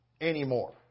anymore